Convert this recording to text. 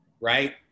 right